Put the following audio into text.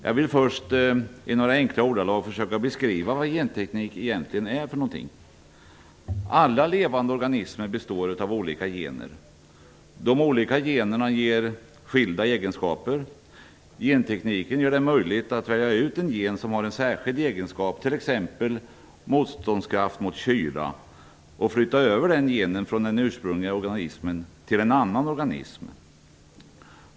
Jag vill först i några enkla ordalag beskriva vad genteknik egentligen är för någonting. Alla levande organismer består av olika gener. De olika generna ger skilda egenskaper. Gentekniken gör det möjligt att välja ut en gen som har en särskild egenskap, t.ex. motståndskraft mot kyla, och flytta över den genen från den ursprungliga organismen till en annan organism.